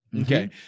Okay